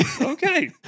Okay